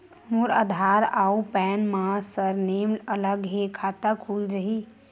मोर आधार आऊ पैन मा सरनेम अलग हे खाता खुल जहीं?